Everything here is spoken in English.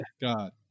god